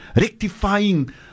rectifying